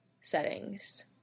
settings